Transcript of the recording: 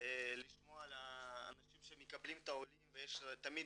לשמוע את האנשים שמקבלים את העולים ויש תמיד